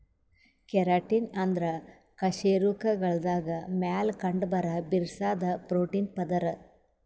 keratin ಅಂದ್ರ ಕಶೇರುಕಗಳ್ದಾಗ ಮ್ಯಾಲ್ ಕಂಡಬರಾ ಬಿರ್ಸಾದ್ ಪ್ರೋಟೀನ್ ಪದರ್